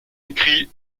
écrit